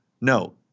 no